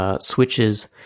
switches